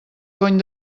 cony